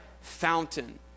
fountain